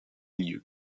lieu